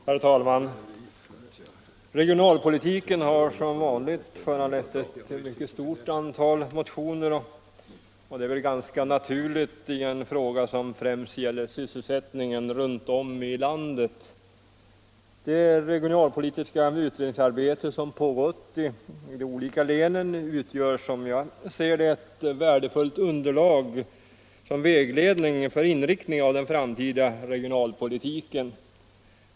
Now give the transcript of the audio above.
Herr talman! Regionalpolitiken har som vanligt föranlett ett mycket stort antal motioner, och det är väl naturligt i en fråga som främst gäller sysselsättningen runt om i landet. Det regionalpolitiska utredningsarbete som pågår i de olika länen utgör, som jag ser det, ett värdefullt underlag och en vägledning för inriktningen av den framtida regionalpolitiken.